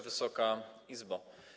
Wysoka Izbo!